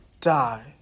die